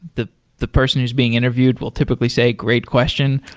the the person who's being interviewed will typically say, great question,